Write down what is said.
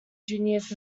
juniors